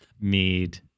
need